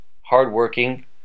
hardworking